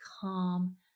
calm